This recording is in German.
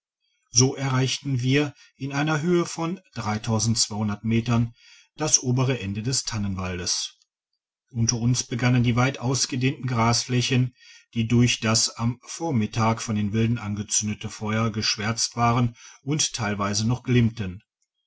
so erreichten wir in einer höhe von metern das obere ende des tannenwaldes unter uns begannen die weit ausgedehnten grasflächen die durch das am vormittag von den wilden angezündete feuer geschwärzt waren und teilweise noch glimmten